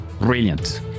Brilliant